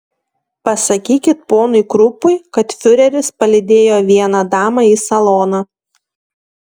pasakykit ponui krupui kad fiureris palydėjo vieną damą į saloną